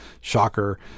shocker